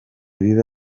biba